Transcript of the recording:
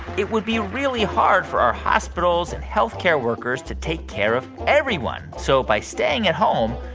it would be really hard for our hospitals and health care workers to take care of everyone. so by staying at home,